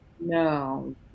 no